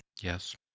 Yes